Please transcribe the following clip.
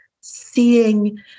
seeing